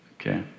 Okay